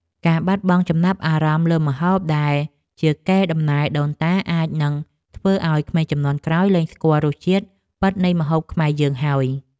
ការបាត់បង់ចំណាប់អារម្មណ៍លើម្ហូបដែលជាកេរ្តិ៍តំណែលដូនតាអាចនឹងធ្វើឲ្យក្មេងជំនាន់ក្រោយលែងស្គាល់រសជាតិពិតនៃម្ហូបខ្មែរយើងហើយ។